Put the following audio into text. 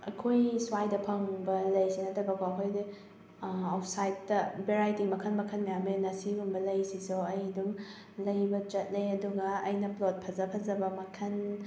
ꯑꯩꯈꯣꯏ ꯁ꯭ꯋꯥꯏꯗ ꯐꯪꯕ ꯂꯩꯁꯦ ꯅꯠꯇꯕꯀꯣ ꯑꯩꯈꯣꯏꯒꯤ ꯑꯥꯎꯇꯁꯥꯏꯗꯇ ꯚꯦꯔꯥꯏꯇꯤ ꯃꯈꯜ ꯃꯈꯜ ꯃꯌꯥꯝ ꯂꯩꯗꯅ ꯁꯤꯒꯨꯝꯕ ꯂꯩ ꯁꯤꯁꯨ ꯑꯩ ꯑꯗꯨꯝ ꯂꯩꯕ ꯆꯠꯂꯦ ꯑꯗꯨꯒ ꯑꯩꯅ ꯄ꯭ꯂꯣꯠ ꯐꯖ ꯐꯖꯕ ꯃꯈꯜ